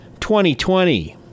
2020